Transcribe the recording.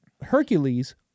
Hercules